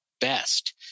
best